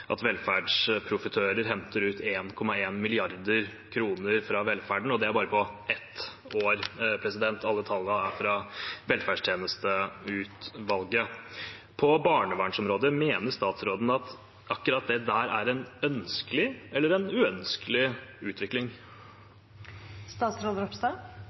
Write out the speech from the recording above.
at velferdsprofitører henter ut 1,1 mrd. kr fra velferden, og det er bare på ett år. Alle tallene er fra velferdstjenesteutvalget. Mener statsråden at akkurat dette er en ønskelig utvikling på barnevernsområdet – eller